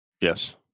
Yes